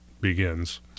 begins